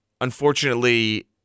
unfortunately